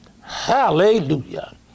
hallelujah